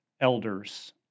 elders